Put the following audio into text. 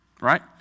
right